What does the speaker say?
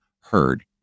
heard